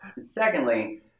Secondly